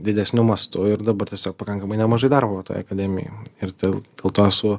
didesniu mastu ir dabar tiesiog pakankamai nemažai darbo toj akademijoj ir dėl dėl to esu